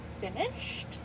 finished